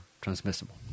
transmissible